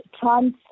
trans